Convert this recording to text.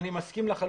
אני מסכים לחלוטין,